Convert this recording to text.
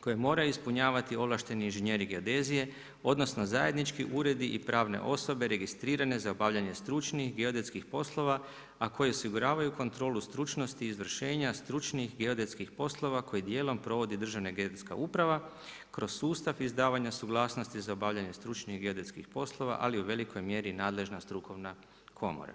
koje mora ispunjavati ovlašteni inženjeri geodezije, odnosno, zajednički uredi i pravne osobe registrirane za obavljanje stručnih, geodetskih poslova, a koje osiguravaju kontrolu stručnosti i izvršenja stručnih geodetskih poslova kojim dijelom provodi Državna geodetska uprava kroz sustav izdavanja suglasnosti za obavljanje stručnih i geodetskih poslova, ali u velikoj mjeri je nadležna Strukovna komora.